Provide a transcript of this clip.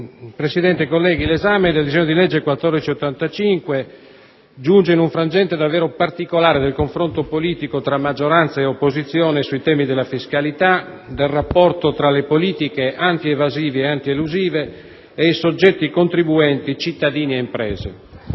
Presidente, colleghi, l'esame del disegno di legge n. 1485 giunge in un frangente davvero particolare del confronto politico tra maggioranza e opposizione sui temi della fiscalità, nel rapporto tra le politiche antievasive e antielusive e i soggetti contribuenti, cittadini e imprese.